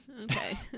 Okay